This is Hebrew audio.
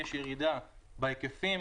יש ירידה בהיקפים,